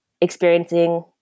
experiencing